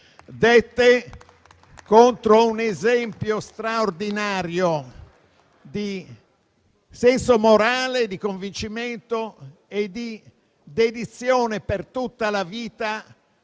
dette contro un esempio straordinario di senso morale, di convincimento e di dedizione per tutta la vita